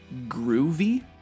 groovy